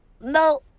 No